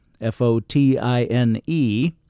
F-O-T-I-N-E